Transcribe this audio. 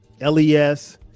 LES